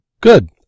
Good